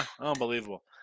Unbelievable